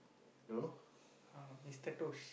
don't know